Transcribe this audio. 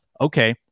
Okay